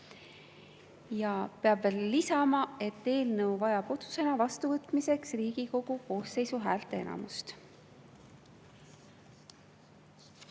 Peab veel lisama, et eelnõu vajab otsusena vastuvõtmiseks Riigikogu koosseisu häälteenamust.